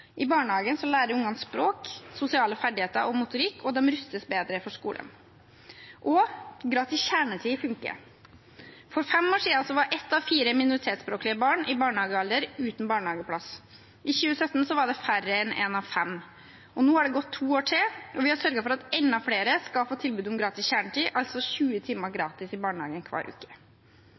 I barnehagen lærer ungene språk, sosiale ferdigheter og motorikk, og de rustes bedre for skolen – og gratis kjernetid funker. For fem år siden var ett av fire minoritetsspråklige barn i barnehagealder uten barnehageplass. I 2017 var det færre enn én av fem. Nå har det gått to år til, og vi har sørget for at enda flere skal få tilbud om gratis kjernetid, altså 20 timer gratis i barnehagen hver uke.